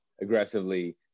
aggressively